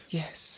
yes